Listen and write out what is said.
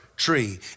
tree